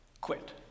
quit